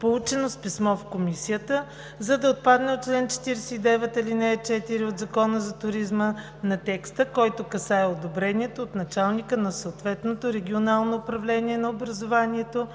получено с писмо в Комисията, за отпадане от чл. 79, ал. 4 от Закона за туризма на текста, който касае одобрението от началника на съответното регионално управление на образованието